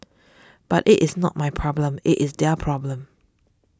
but it is not my problem it is their problem